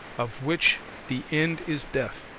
of which the end is death,